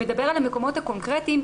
שמדבר על המקומות הקונקרטיים,